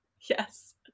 Yes